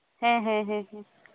ᱦᱮᱸ ᱦᱮᱸ ᱦᱮᱸ